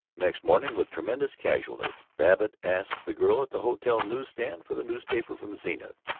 next morning, with tremendous casualness, babbitt asked the girl at the hotel news-stand for the newspapers from zenith.